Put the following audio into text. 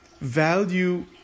value